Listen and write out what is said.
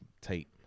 tape